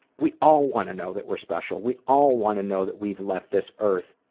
we all wanna know that we're special, we all wanna know that we've left this earth